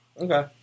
Okay